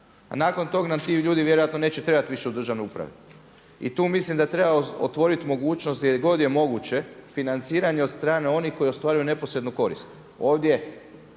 A nakon toga nam ti ljudi vjerojatno neće trebati više u državnoj upravi. I tu mislim da treba otvoriti mogućnost gdje god je moguće financiranje od strane onih koji ostvaruju neposrednu korist. Ovdje